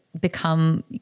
become